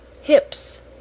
HIPS